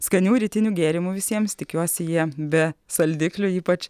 skanių rytinių gėrimų visiems tikiuosi jie be saldiklių ypač